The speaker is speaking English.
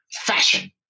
fashion